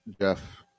Jeff